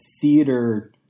theater